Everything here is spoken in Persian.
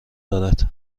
دارد